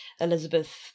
elizabeth